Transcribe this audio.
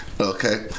okay